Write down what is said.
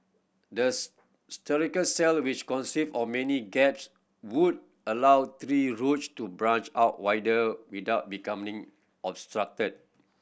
the structural cell which consist of many gaps would allow tree roots to branch out wider without becoming obstructed